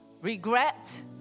regret